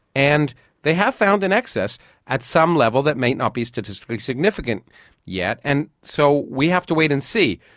and they have found an excess at some level that may not be statistically significant yet. and so we have to wait and see.